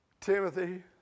Timothy